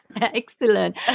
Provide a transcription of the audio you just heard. excellent